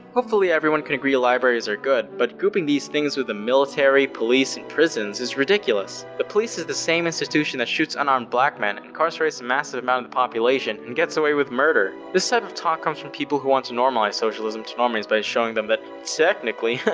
hopefully everyone can agree libraries are good, but grouping these things with the military, police, and prisons is ridiculous. the police is the same institution that shoots unarmed black men, incarcerates a massive amount of the population, and gets away with murder. this type of talk comes from people who want to normalize socialism to normies by showing them that technically